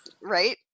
Right